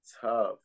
tough